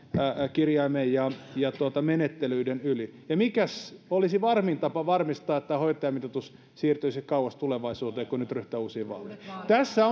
kirjaimen ja ja menettelyiden yli ja mikä olisi varmin tapa varmistaa että hoitajamitoitus siirtyisi kauas tulevaisuuteen kuin ryhtyä nyt uusiin vaaleihin tässä